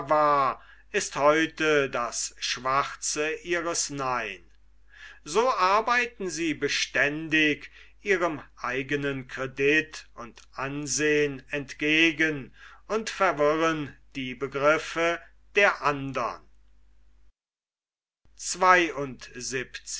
war ist heute das schwarze ihres nein so arbeiten sie beständig ihrem eigenen kredit und ansehn entgegen und verwirren die begriffe der andern